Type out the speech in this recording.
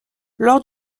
lors